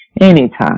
anytime